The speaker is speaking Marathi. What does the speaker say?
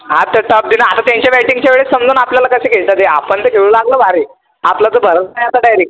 आता टफ दिला आता त्यांच्या बॅटिंगच्या वेळेस समजेल आपल्याला कसे खेळतात ते आपण तर खेळलो आपलं भारी आपला तर भरवसा आहे आता डायरेक्ट